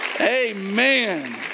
Amen